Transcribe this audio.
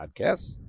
podcasts